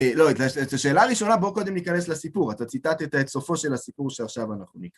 לא, את השאלה ראשונה, בוא קודם ניכנס לסיפור. אתה ציטטת את סופו של הסיפור שעכשיו אנחנו נקרא.